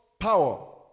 Power